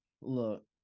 Look